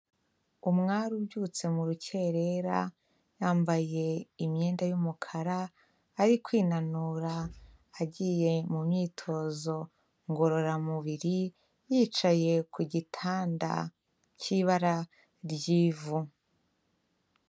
Umwari ubyutse mu rukerera, yambaye imyenda y'umukara, ari kwinanura, agiye mu myitozo ngororamubiri, yicaye ku gitanda cy'ibara ry'ivu.